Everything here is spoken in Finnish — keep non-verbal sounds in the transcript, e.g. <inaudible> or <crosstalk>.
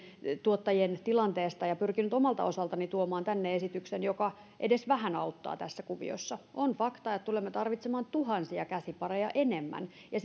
tuottajien tilanteesta ja pyrkinyt omalta osaltani tuomaan tänne esityksen joka edes vähän auttaa tässä kuviossa on fakta että tulemme tarvitsemaan tuhansia käsipareja enemmän ja <unintelligible>